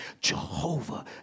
Jehovah